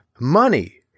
money